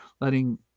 letting